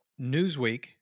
Newsweek